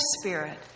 Spirit